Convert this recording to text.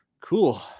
Cool